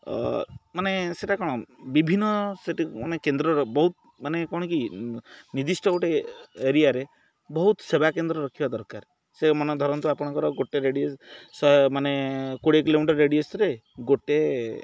ମାନେ ସେଇଟା କ'ଣ ବିଭିନ୍ନ ସେଠି ମାନେ କେନ୍ଦ୍ରର ବହୁତ ମାନେ କ'ଣ କି ନିର୍ଦ୍ଦିଷ୍ଟ ଗୋଟେ ଏରିଆରେ ବହୁତ ସେବା କେନ୍ଦ୍ର ରଖିବା ଦରକାର ସେ ମନ ଧରନ୍ତୁ ଆପଣଙ୍କର ଗୋଟେ ମାନେ କୋଡ଼ିଏ କିଲୋମିଟର ରେଡ଼ିୟସରେ ଗୋଟେ